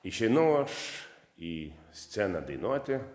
išeinu aš į sceną dainuoti